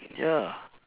ya